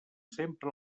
sempre